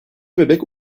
bebek